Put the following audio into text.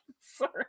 sorry